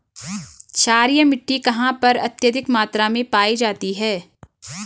क्षारीय मिट्टी कहां पर अत्यधिक मात्रा में पाई जाती है?